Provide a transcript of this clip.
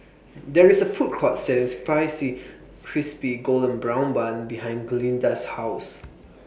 There IS A Food Court Selling Spicy Crispy Golden Brown Bun behind Glynda's House